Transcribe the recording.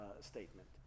statement